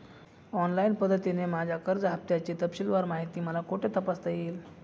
Online पद्धतीने माझ्या कर्ज हफ्त्याची तपशीलवार माहिती मला कुठे तपासता येईल?